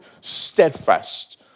steadfast